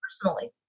personally